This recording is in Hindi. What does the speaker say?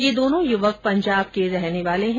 ये दोनों युवक पंजाब के रहने वाले हैं